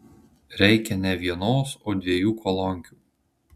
reikia ne vienos o dviejų kolonkių